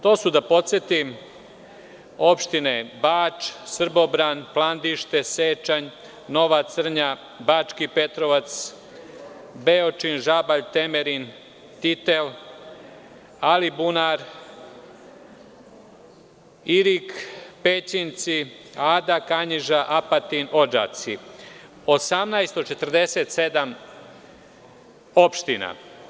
To su da podsetim, opštine Bač, Srbobran, Plandište, Sečanj, Nova Crnja, Bački Petrovac, Beočin, Žabalj, Temerin, Titel, Alibunar, Irig, Pećinci, Ada, Kanjiža, Apatin, Odžaci, 18 od 47 opština.